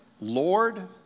Lord